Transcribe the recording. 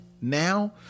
now